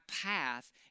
path